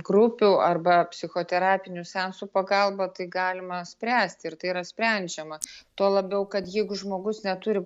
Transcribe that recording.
grupių arba psichoterapinių seansų pagalba tai galima spręsti ir tai yra sprendžiama tuo labiau kad jeigu žmogus neturi